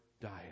diet